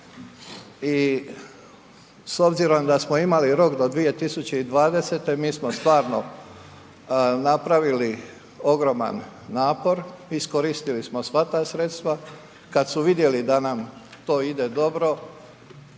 I s obzirom da smo imali rok do 2020. mi smo stvarno napravili ogroman napor, iskoristili smo sva ta sredstva, kad su vidjeli da nam to ide dobro,